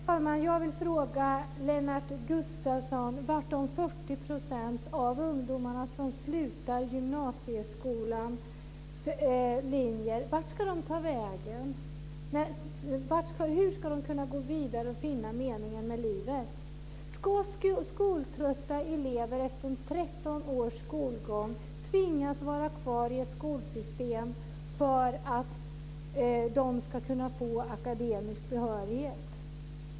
Herr talman! Jag vill fråga Lennart Gustavsson vart de 40 % av ungdomarna som slutar gymnasieskolans linjer ska ta vägen. Hur ska de kunna gå vidare och finna meningen med livet? Ska skoltrötta elever efter 13 års skolgång tvingas vara kvar i ett skolsystem för att få akademisk behörighet?